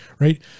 right